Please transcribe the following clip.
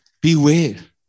Beware